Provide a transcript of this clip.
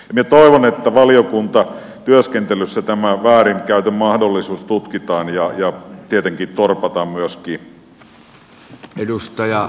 minä toivon että valiokuntatyöskentelyssä tämä väärinkäytön mahdollisuus tutkitaan ja tietenkin torpataan myöskin